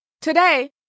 Today